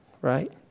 right